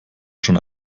schon